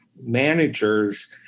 managers